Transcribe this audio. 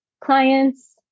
clients